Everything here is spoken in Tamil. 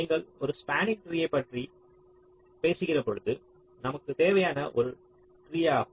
நீங்கள் ஒரு ஸ்பாண்ணிங் ட்ரீயைப் பற்றி பேசுகிற பொழுது நமக்குத் தேவை ஒரு ட்ரீயாகும்